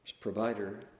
provider